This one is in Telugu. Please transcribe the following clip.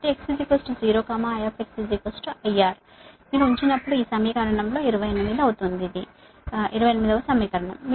కాబట్టి x 0 I IR మీరు ఉంచినప్పుడు ఈ సమీకరణంలో 28 సమీకరణం